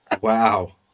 Wow